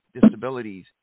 disabilities